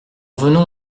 venons